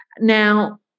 Now